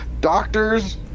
Doctors